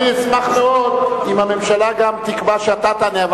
אני אשמח מאוד אם הממשלה תקבע שאתה תענה,